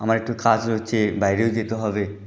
আমার একটু কাজ রয়েছে বাইরেও যেতে হবে